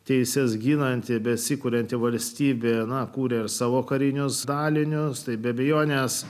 teises ginanti besikurianti valstybė na kūrė savo karinius dalinius tai be abejonės